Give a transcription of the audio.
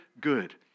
good